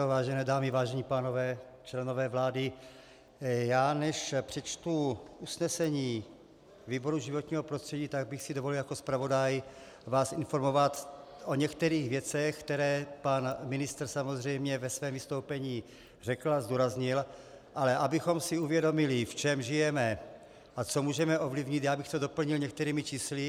Vážené dámy, vážení pánové, členové vlády, než přečtu usnesení výboru životního prostředí, tak bych si dovolil jako zpravodaj vás informovat o některých věcech, které pan ministr samozřejmě ve svém vystoupení řekl a zdůraznil, ale abychom si uvědomili, v čem žijeme a co můžeme ovlivnit, doplnil bych to některými čísly.